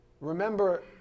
Remember